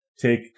take